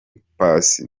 pass